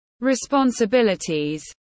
responsibilities